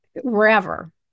wherever